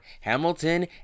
Hamilton